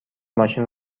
ماشین